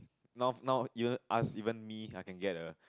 now now even ask even me I can get a